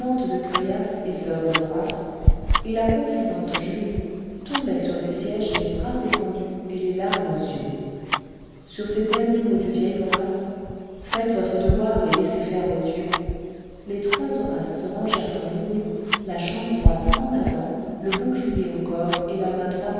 de curiace et soeur des horaces et la confidente jubé tombaient sur des sièges les bras étendus et les larmes aux yeux sur ces derniers mots du vieil horace faites votre devoir et laissez faire aux dieux les trois horaces se rangèrent en ligne la jambe droite en avant le bouclier au corps et la main droite